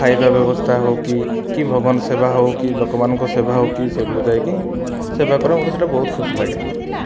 ଖାଇବା ବ୍ୟବସ୍ଥା ହେଉ କି କି ଭଗବାନ ସେବା ହେଉ କି ଲୋକମାନଙ୍କ ସେବା ହେଉ କି ସେଠିକୁ ଯାଇକି ସେବା କରେ ମୋତେ ସେଟା ବହୁତ ଖୁସି ଲାଗେ